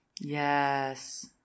Yes